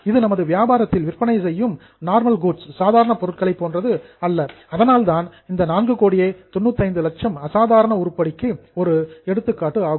இது நமது வியாபாரத்தில் விற்பனை செய்யும் நார்மல் கூட்ஸ் சாதாரண பொருட்களை போன்றது அல்ல அதனால் தான் இந்த 4 கோடியே 95 லட்சம் அசாதாரண உருப்படிக்கு ஒரு எடுத்துக்காட்டு ஆகும்